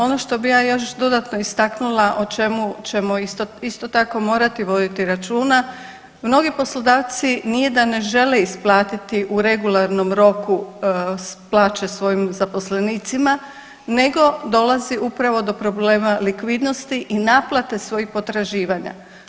Ono što bi ja još dodatno istaknula o čemu ćemo isto tako morati voditi računa, mnogi poslodavci nije da ne žele isplatiti u regularnom roku plaće svojim zaposlenicima, nego dolazi upravo do problema likvidnosti i naplate svojih potraživanja.